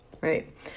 right